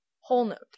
Whole-note